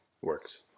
Works